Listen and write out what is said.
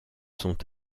sont